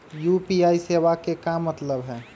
UPI सेवा के का मतलब है?